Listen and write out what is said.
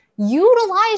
Utilize